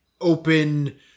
open